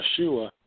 Yeshua